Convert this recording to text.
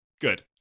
good